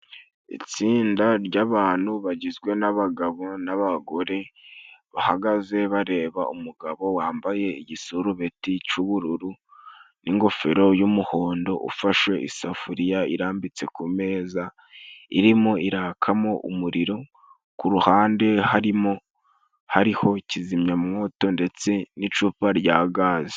Itsinda ry'abantu bagizwe n'abagabo n'abagore bahagaze bareba umugabo wambaye igisurubeti c'ubururu, n'ingofero y'umuhondo, ufashe isafuriya irambitse kumeza irimo irakamo umuriro ku ruhande harimo hariho kizimyamwoto ndetse n'icupa rya gaze.